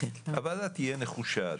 הוועדה תהיה נחושה,